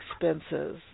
expenses